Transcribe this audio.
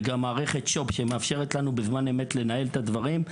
וגם מערכת שו"ב שמאפשרת לנו בזמן אמת לנהל את הדברים,